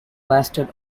lasted